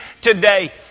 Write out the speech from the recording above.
today